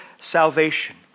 salvation